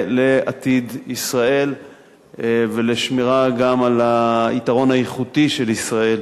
לעתיד ישראל ולשמירה על היתרון האיכותי של ישראל,